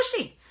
pushy